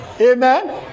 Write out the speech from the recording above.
Amen